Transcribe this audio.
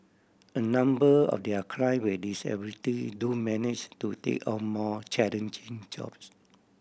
a number of their client with disability do manage to take on more challenging jobs